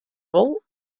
wol